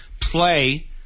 play